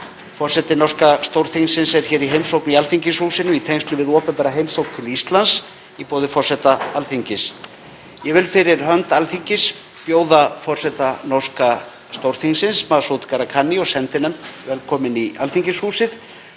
Forseti norska Stórþingsins er hér í heimsókn í Alþingishúsinu í tengslum við opinbera heimsókn til Íslands, í boði forseta Alþingis. Ég vil fyrir hönd Alþingis bjóða forseta norska Stórþingsins, Masud Gharahkhani og sendinefnd velkomin í Alþingishúsið